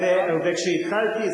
כשהתחלתי,